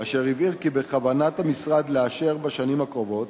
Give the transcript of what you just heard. אשר הבהיר כי בכוונת המשרד לאשר בשנים הקרובות